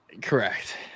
Correct